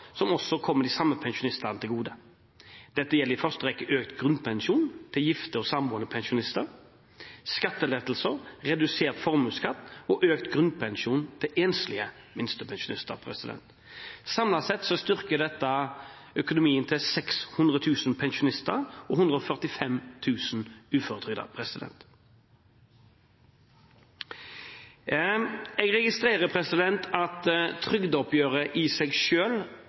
som også kommer de samme pensjonistene til gode. Dette gjelder i første rekke økt grunnpensjon til gifte og samboende pensjonister, skattelettelser, redusert formuesskatt og økt grunnpensjon til enslige minstepensjonister. Samlet sett styrker dette økonomien til 600 000 pensjonister og 145 000 uføretrygdede. Jeg registrerer at trygdeoppgjøret i seg